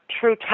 true